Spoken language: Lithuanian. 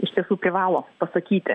iš tiesų privalo pasakyti